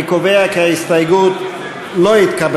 אני קובע כי הסתייגות מס' 3 לסעיף 2 לא התקבלה.